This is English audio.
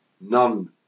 None